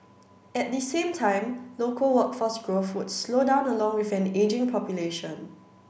at the same time local workforce growth would slow down along with an ageing population